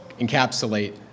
encapsulate